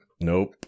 Nope